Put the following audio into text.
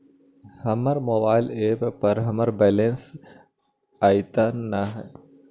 हमर mobile app पर हमर बैलेंस अद्यतन ना हई